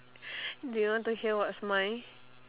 do you want to hear what's mine